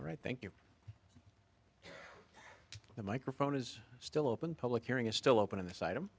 right thank you the microphone is still open public hearing is still open on this item